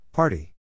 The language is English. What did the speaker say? Party